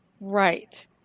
Right